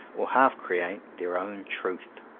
or half-create, their own truth.